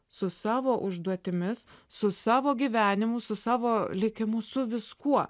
su savo užduotimis su savo gyvenimu su savo likimu su viskuo